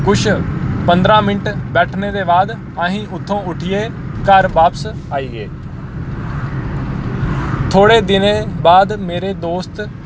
कुछ पंदरां मिंट्ट बैठने दे बाद असीं उत्थूं उट्ठियै घर बापस आई गे थोह्ड़े दिनें बाद मेरे दोस्त